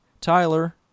Tyler